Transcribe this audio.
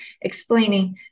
explaining